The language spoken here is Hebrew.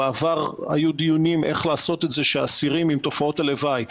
בעבר היו דיונים איך לעשות את זה לאסירים עם תופעות הלוואי,